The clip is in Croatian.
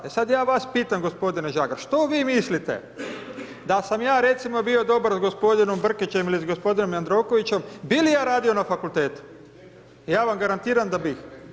E sad ja vas pitam gospodine Žagar, što vi mislite, da sam ja recimo bio dobar s gospodinom Brkićem ili gospodinom Jandrokovićem, bi li ja radio na fakultetu, ja vam garantiram da bi.